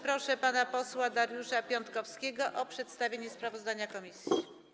Proszę pana posła Dariusza Piontkowskiego o przedstawienie sprawozdania komisji.